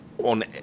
on